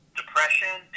depression